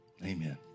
Amen